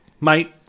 mate